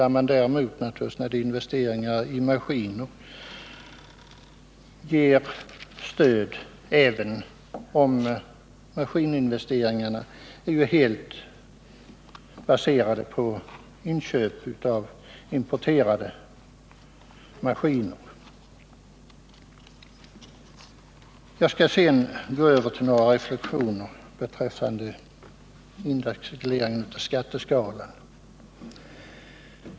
När det däremot gäller maskininvesteringar ges naturligtvis stöd även om investeringarna är helt baserade på inköp av importerade maskiner. Jag går sedan över till att göra några reflexioner beträffande indexregleringen av skatteskalan.